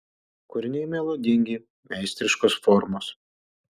kūriniai melodingi meistriškos formos